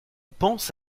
pense